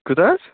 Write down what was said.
کوٗتاہ حظ